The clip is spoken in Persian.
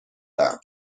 دهم